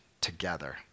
together